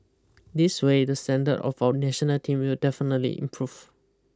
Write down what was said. this way the standard of our national team will definitely improve